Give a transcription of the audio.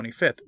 25th